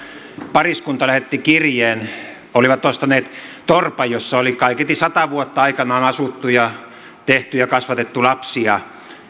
pariskunta lähetti kirjeen olivat ostaneet torpan jossa oli kaiketi sata vuotta aikanaan asuttu ja tehty ja kasvatettu lapsia